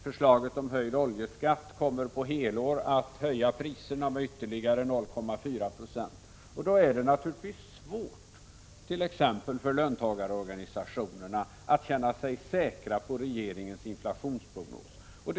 Förslaget om höjd oljeskatt kommer att höja priserna med ytterligare 0,4 9e per helår. Då är det naturligtvis svårt för t.ex. löntagarorganisationerna att känna sig säkra på regeringens inflationsprognos.